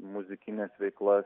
muzikines veiklas